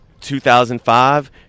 2005